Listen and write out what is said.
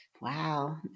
Wow